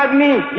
me